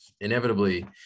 Inevitably